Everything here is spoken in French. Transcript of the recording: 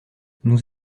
nous